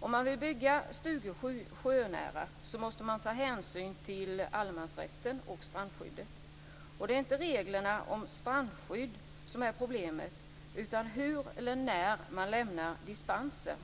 Om man vill bygga stugor sjönära måste man ta hänsyn till allemansrätten och strandskyddet. Det är inte reglerna om strandskydd som är problemet utan hur eller när man lämnar dispenser.